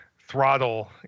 throttle